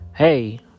Hey